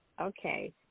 Okay